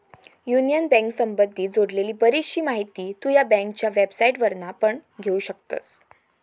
union बँकेसंबधी जोडलेली बरीचशी माहिती तु ह्या बँकेच्या वेबसाईटवरना पण घेउ शकतस